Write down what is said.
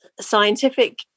scientific